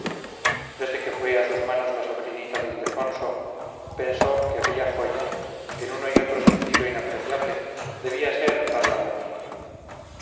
masculinos desde que fue a sus manos la sobrinita de ildefonso pensó que aquella joya en uno y otro sentido inapreciable debía ser para la familia